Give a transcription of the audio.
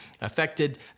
affected